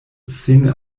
sin